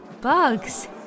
Bugs